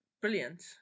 Brilliant